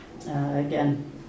again